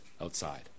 outside